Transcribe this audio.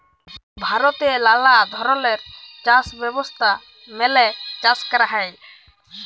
ভারতে লালা ধরলের চাষ ব্যবস্থা মেলে চাষ ক্যরা হ্যয়